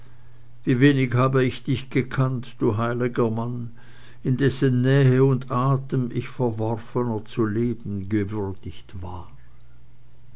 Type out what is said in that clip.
wie wenig habe ich dich gekannt du heiliger mann in dessen nähe und atem ich verworfener zu leben gewürdigt war